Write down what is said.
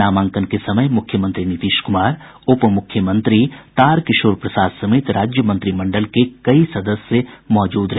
नामांकन के समय मुख्यमंत्री नीतीश कुमार उप मुख्यमंत्री तारकिशोर प्रसाद समेत राज्य मंत्रिमंडल के कई सदस्य मौजूद रहे